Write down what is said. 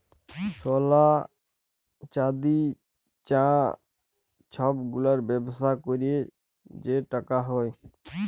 সলা, চাল্দি, চাঁ ছব গুলার ব্যবসা ক্যইরে যে টাকা হ্যয়